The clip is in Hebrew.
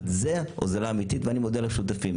אבל זה הוזלה אמיתית ואני מודה לשותפים.